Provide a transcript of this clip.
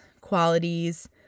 qualities